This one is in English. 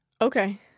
Okay